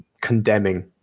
condemning